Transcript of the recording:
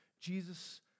Jesus